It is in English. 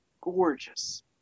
gorgeous